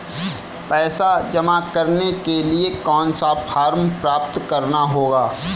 पैसा जमा करने के लिए कौन सा फॉर्म प्राप्त करना होगा?